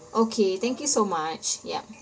okay thank you so much yup